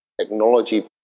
technology